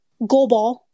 goalball